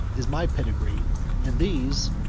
is my pedigree and these,